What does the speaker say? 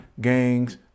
gangs